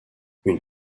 une